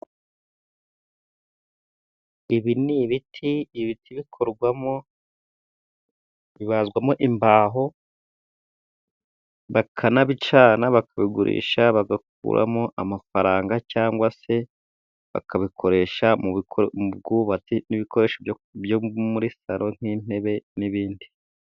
Ibi ni ibiti. Ibiti bikorwamo bibazwamo imbaho bakanabicana, bakabigurisha bagakuramo amafaranga cyangwa se bakabikoresha mu bwubatsi n'ibikoresho byo muri salo nk'intebe n'ibindi.